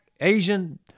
Asian